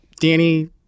Danny